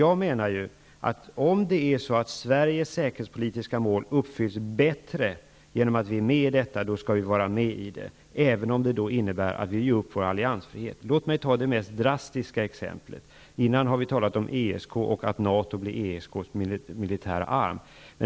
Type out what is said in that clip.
Jag menar att om Sveriges säkerhetspolitiska mål bättre uppfylls genom att vi är med i detta, skall vi vara med i det, även om det innebär att vi ger upp vår alliansfrihet. Låt mig ta det mest drastiska exemplet: Vi har tidigare talat om ESK och om att NATO blir ESK:s militära arm.